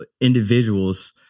individuals